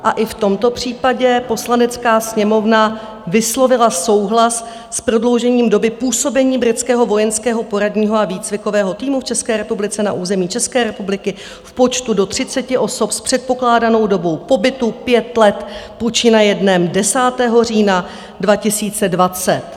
A i v tomto případě Poslanecká sněmovna vyslovila souhlas s prodloužením doby působení Britského vojenského poradního a výcvikového týmu v České republice na území České republiky v počtu do 30 osob s předpokládanou dobu pobytu pět let, počínaje dnem 10. října 2020.